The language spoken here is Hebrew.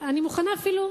אני מוכנה אפילו,